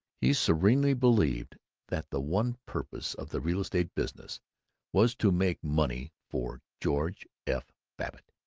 he serenely believed that the one purpose of the real-estate business was to make money for george f. babbitt.